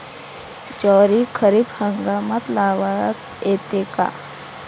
ज्वारी खरीप हंगामात लावता येते का?